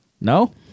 No